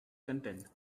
content